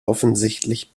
offensichtlich